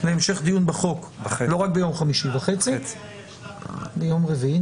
בבקשה בקצרה,